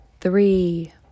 three